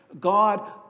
God